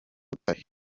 butare